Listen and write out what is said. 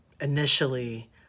initially